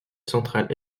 centrale